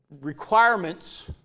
requirements